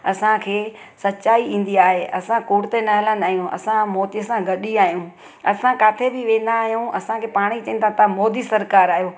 असांखे सचाई ईंदी आहे असां कूर त न ॻाल्हाईंदा आहियूं असां मोदीअ सां गॾु ई आहियूं असां किथे बि वेंदा आहियूं असांखे पाणे ई चवनि था तव्हां मोदी सरकारु आहियो